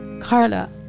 Carla